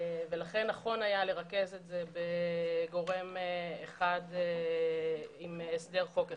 לכן נכון היה לרכז את זה בגורם אחד עם הסדר חוק אחד.